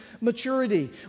maturity